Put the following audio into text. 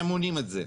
הם מונעים את זה.